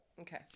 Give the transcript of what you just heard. Okay